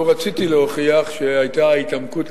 לו רציתי להוכיח שהיתה התעמקות,